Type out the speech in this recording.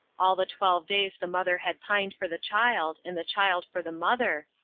all the twelve days the mother had pined for the child, and the child for the mother,